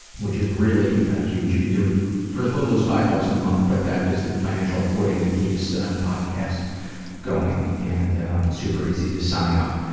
which is really a huge you can do it as little as five bucks a month, but that is the financial footing that keeps the podcast going, and super easy to sign up.